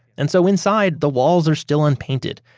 and so inside the walls are still unpainted.